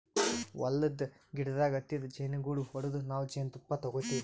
ಹೊಲದ್ದ್ ಗಿಡದಾಗ್ ಹತ್ತಿದ್ ಜೇನುಗೂಡು ಹೊಡದು ನಾವ್ ಜೇನ್ತುಪ್ಪ ತಗೋತಿವ್